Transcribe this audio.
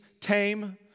tame